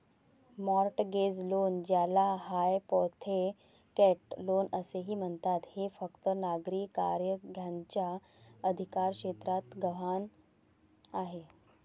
mortgage loan, ज्याला hypothecate loan असेही म्हणतात, हे फक्त नागरी कायद्याच्या अधिकारक्षेत्रात गहाण आहे